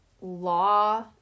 law